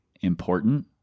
important